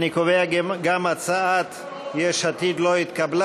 אני קובע כי גם הצעת יש עתיד לא התקבלה.